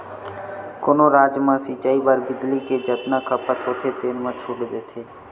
कोनो राज म सिचई बर बिजली के जतना खपत होथे तेन म छूट देथे